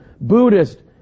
Buddhist